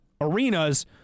arenas